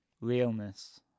Realness